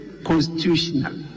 Constitutional